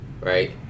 Right